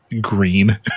Green